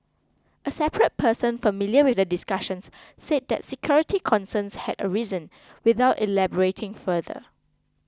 a separate person familiar with the discussions said that security concerns had arisen without elaborating further